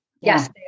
Yes